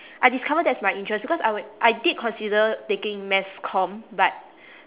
I discover that's my interest because I would I did consider taking mass comm but